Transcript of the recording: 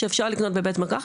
שאפשר לקנות בבית מרקחת,